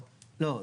לא,